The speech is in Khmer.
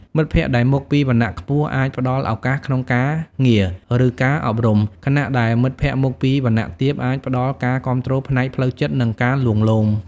មិត្តភក្តិដែលមកពីវណ្ណៈខ្ពស់អាចផ្តល់ឱកាសក្នុងការងារ ឬការអប់រំ ខណៈដែលមិត្តភក្តិមកពីវណ្ណៈទាបអាចផ្តល់ការគាំទ្រផ្នែកផ្លូវចិត្តនិងការលួងលោម។